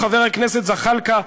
חבר הכנסת זחאלקה,